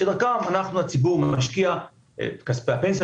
שדרכו הציבור משקיע את כספי הפנסיה,